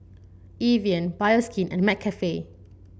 Evian Bioskin and McCafe